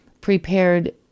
prepared